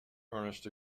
ernest